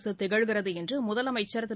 அரசு திகழ்கிறது என்று முதலமைச்சா் திரு